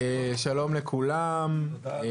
שלום לכולם,